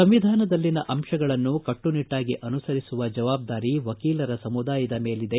ಸಂವಿಧಾನದಲ್ಲಿನ ಅಂಶಗಳನ್ನು ಕಟ್ಟುನಿಟ್ಟಾಗಿ ಅನುಸರಿಸುವ ಜವಾಬ್ದಾರಿ ವಕೀಲರ ಸಮುದಾಯದ ಮೇಲಿದೆ